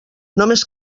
només